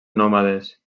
nòmades